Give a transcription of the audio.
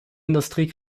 industrie